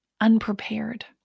unprepared